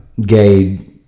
gay